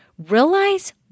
realize